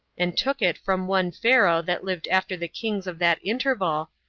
and took it from one pharaoh that lived after the kings of that interval,